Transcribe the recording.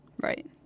Right